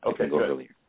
okay